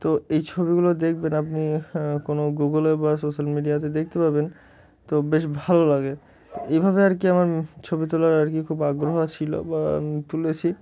তো এই ছবিগুলো দেখবেন আপনি কোনো গুগলে বা সোশ্যাল মিডিয়াতে দেখতে পাবেন তো বেশ ভালো লাগে এভাবে আর কি আমার ছবি তোলার আর কি খুব আগ্রহ ছিল বা তুলেছি